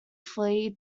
flee